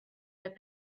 that